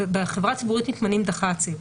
בחברה ציבורית מתמנים דח"צים,